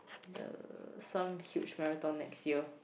uh some huge marathon next year